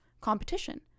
competition